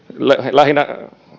lähinnä